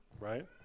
Right